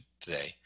today